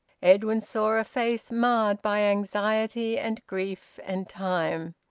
edwin saw a face marred by anxiety and grief and time,